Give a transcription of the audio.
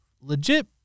legit